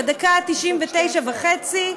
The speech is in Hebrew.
בדקה ה-99.5,